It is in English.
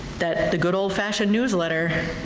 that the good old fashioned newsletter,